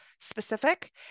specific